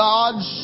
God's